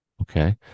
Okay